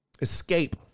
escape